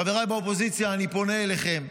חבריי באופוזיציה, אני פונה אליכם,